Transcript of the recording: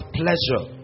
pleasure